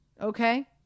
Okay